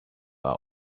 are